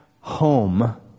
home